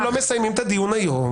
לכן אנחנו מסיימים את הדיון היום,